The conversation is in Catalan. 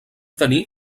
tenir